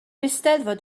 eisteddfod